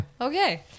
okay